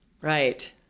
Right